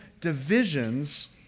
divisions